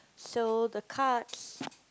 so the cards